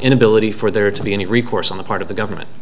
inability for there to be any recourse on the part of the government